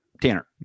Tanner